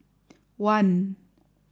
one